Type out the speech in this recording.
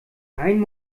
einen